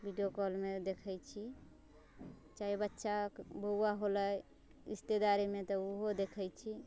video कॉलमे देखैत छी चाहे बच्चाके बौआ होलै रिश्तेदारीमे तऽ ओहो देखैत छी